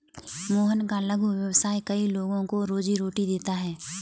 मोहन का लघु व्यवसाय कई लोगों को रोजीरोटी देता है